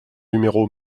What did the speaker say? numéro